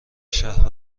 شهر